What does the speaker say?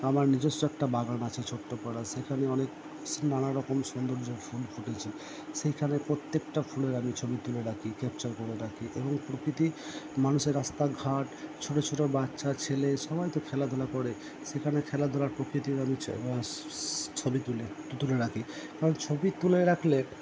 আমার নিজস্ব একটা বাগান আছে ছোট্ট পারা সেখানে অনেক নানা রকম সৌন্দর্যের ফুল ফুটেছে সেইখানে প্রত্যেকটা ফুলের আমি ছবি তুলে রাখি ক্যাপচার করে রাখি এবং প্রকৃতি মানুষের রাস্তাঘাট ছোটো ছোটো বাচ্চা ছেলে সবাই তো খেলাধুলা করে সেখানে খেলাধুলার প্রকৃতির আমি ছবি তুলি তুলে রাখি কারণ ছবি তুলে রাখলে